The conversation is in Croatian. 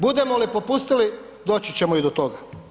Budemo li popustili, doći ćemo i do toga.